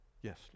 yes